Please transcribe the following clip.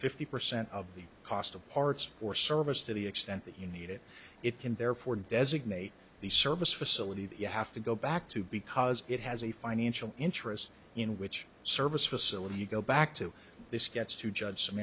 fifty percent of the cost of parts or service to the extent that you need it it can therefore designate the service facility that you have to go back to because it has a financial interest in which service facility you go back to this gets to jud